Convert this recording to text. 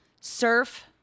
Surf